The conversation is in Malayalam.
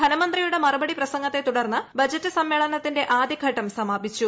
ധനമന്ത്രിയുടെ മറുപടി പ്രസംഗത്തെ തുടർന്ന് ബജറ്റ് സമ്മേളനത്തിന്റെ ആദ്യഘട്ടം സമാപിച്ചു